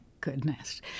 goodness